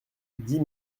dix